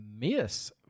Miss